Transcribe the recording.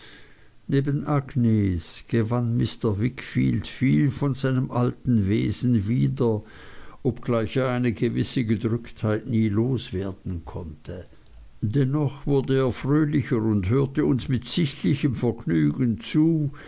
neben agnes gewann mr wickfield viel von seinem alten wesen wieder obgleich er eine gewisse gedrücktheit nie los werden konnte dennoch wurde er fröhlicher und hörte uns mit sichtlichem vergnügen zu